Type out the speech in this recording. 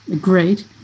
Great